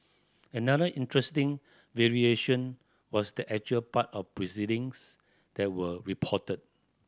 another interesting variation was the actual part of proceedings that were reported